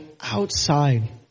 outside